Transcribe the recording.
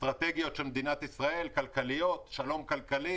אסטרטגיות כלכליות של מדינת ישראל, שלום כלכלי.